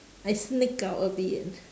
I sneak out a bit